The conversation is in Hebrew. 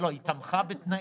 לא, היא תמכה בתנאים.